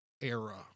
era